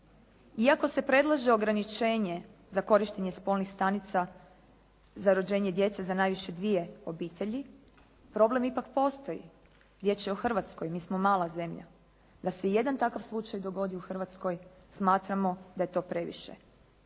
Iako se predlaže ograničenje za korištenje spolnih stanica za rođenje djece za najviše dvije obitelji problem ipak postoji. Riječ je o Hrvatskoj, mi smo mala zemlja. Da se jedan takav slučaj dogodi u Hrvatskoj smatramo da je to previše.